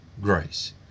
grace